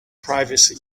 privacy